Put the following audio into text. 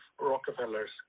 Rockefellers